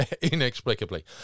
inexplicably